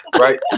right